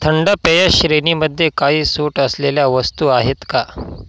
थंड पेय श्रेणीमध्ये काही सूट असलेल्या वस्तू आहेत का